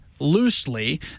loosely